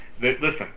Listen